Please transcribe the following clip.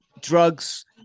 drugs